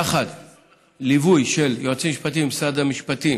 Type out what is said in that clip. יחד עם ליווי של יועצים משפטיים ממשרד המשפטים,